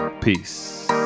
Peace